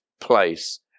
place